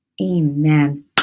Amen